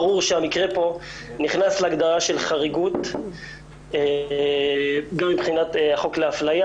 ברור שהמקרה פה נכנס להגדרה של חריגות גם מבחינת החוק לאפליה.